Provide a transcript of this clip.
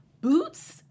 boots